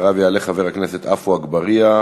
אחריו יעלה חבר הכנסת עפו אגבאריה,